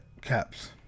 caps